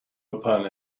upon